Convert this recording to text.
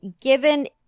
given